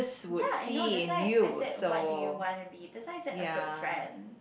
ya I know that's why I said what do you wanna be that's why I said a good friend